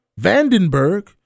Vandenberg